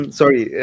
sorry